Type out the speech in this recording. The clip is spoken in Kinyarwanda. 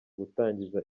gutangiza